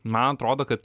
man atrodo kad